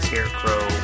Scarecrow